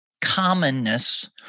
commonness